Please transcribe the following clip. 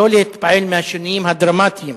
שלא להתפעל מהשינויים הדרמטיים,